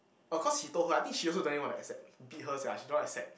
oh cause he told her I think she also don't really want to accept beat her sia she don't want accept